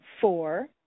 four